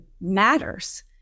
matters